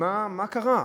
ומה קרה?